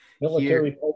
military